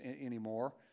anymore